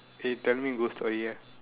eh tell me ghost story leh